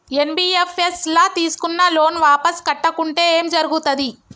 NBFS ల తీస్కున్న loan వాపస్ కట్టకుంటే ఏం జర్గుతది?